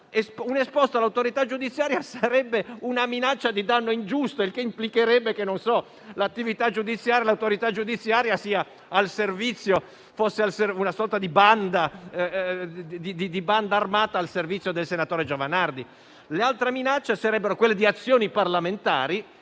Un esposto all'autorità giudiziaria sarebbe una minaccia di danno ingiusto ed implicherebbe la visione dell'autorità giudiziaria come una sorta di banda armata al servizio del senatore Giovanardi. Le altre minacce sarebbero quelle di azioni parlamentari.